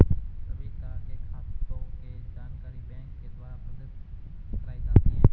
सभी तरह के खातों के जानकारी बैंक के द्वारा प्रदत्त कराई जाती है